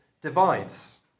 divides